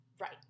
right